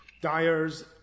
dyers